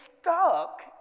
stuck